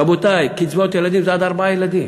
רבותי, קצבאות הילדים זה עד ארבעה ילדים.